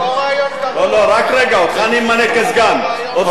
אותך אני אמנה כסגן.